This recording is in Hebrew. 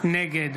נגד